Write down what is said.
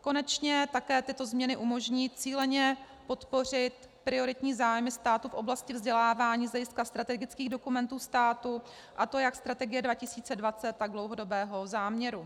Konečně také tyto změny umožní cíleně podpořit prioritní zájmy státu v oblasti vzdělávání z hlediska strategických dokumentů státu, a to jak Strategie 2020, tak dlouhodobého záměru.